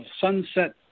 Sunset